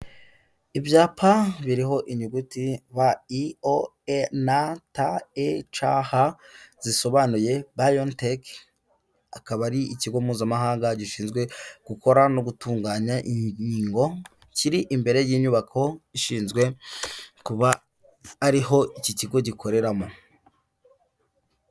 Ibyapa biriho inyuguti b, i,o,n,t,e, c na h zisobanuye Bion tech akaba ari ikigo mpuzamahanga gishinzwe gukora no gutunganya inkingo kiri imbere y'inyubako ishinzwe kuba ariho iki kigo gikoreramo.